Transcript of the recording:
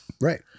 Right